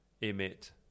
emit